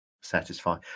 satisfy